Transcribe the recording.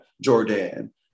Jordan